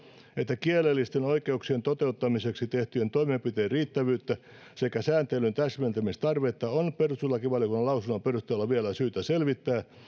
että kielellisten oikeuksien toteuttamiseksi tehtyjen toimenpiteiden riittävyyttä sekä sääntelyn täsmentämistarvetta on perustuslakivaliokunnan lausunnon perusteella vielä syytä selvittää